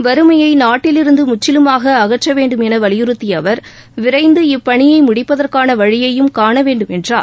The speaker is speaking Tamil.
வருமையை நாட்டிலிருந்து முற்றிலுமாக அகற்ற வேண்டும் என வலியுறுத்திய அவர் விரைந்து இப்பணியை முடிப்பதற்கான வழியையும் காணவேண்டும் என்றார்